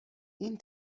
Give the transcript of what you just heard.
این